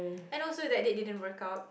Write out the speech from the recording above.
and also that date didn't work out